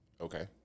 Okay